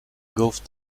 gulf